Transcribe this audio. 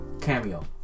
cameo